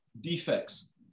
defects